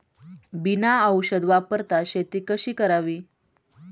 बिना औषध वापरता शेती कशी करावी?